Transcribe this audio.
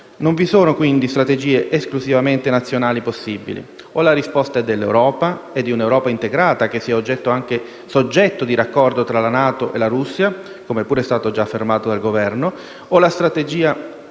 Non vi sono quindi strategie esclusivamente nazionali possibili: o la risposta è dell'Europa, di un'Europa integrata, che sia soggetto di raccordo tra la NATO e la Russia (come pure è stato affermato dal Governo), o la strategia